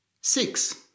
six